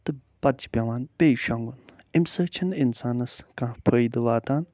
تہٕ پتہٕ چھِ پٮ۪وان بیٚیہِ شۄنٛگُن اَمہِ سۭتۍ چھَنہٕ اِنسانس کانٛہہ فٲیدٕ واتان